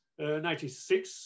1996